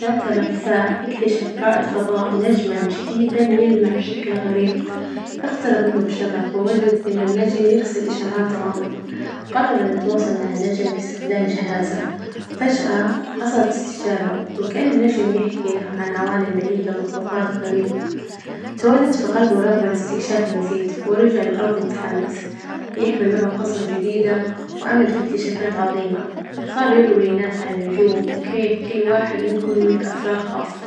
ذات مساء إكتشف رائد فظاء نجما جديدا يلمع بشكل غريب، إقترب منه بشغف ووجد إن النجم يرسل إشارات غامضة، قرر إنه يتواصل مع النجم في إستخدام جهازه، فجأة حصلت إستجابة وكان النجم يحكي له عن عوالم بعيدة ومخلوقات غريبة، تولد في قلبه رغبة لإستكشاف المزيد، ورجع للأرض متحمس يحمل معه قصص جديدة وأمل في إكتشافات عظيمة، صار يروي للناس عن النجوم وكيف كل واحد منهم يملك أسرار خاصة.